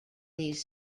these